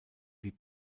wie